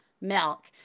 milk